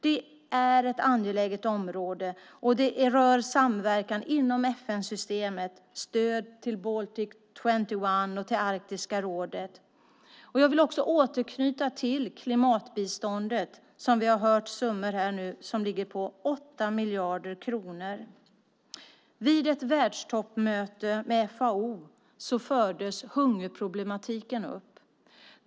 Det är ett angeläget område, och det rör samverkan inom FN-systemet, stöd till Baltic 21 och till Arktiska rådet. Jag vill också återknyta till klimatbiståndet där vi har hört om summor som ligger på 8 miljarder kronor. Vid ett världstoppmöte med FAO fördes hungerproblematiken upp.